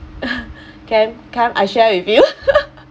can come I share with you